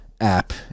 app